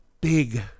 big